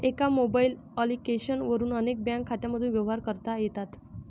एका mobile application वरून अनेक बँक खात्यांमधून व्यवहार करता येतात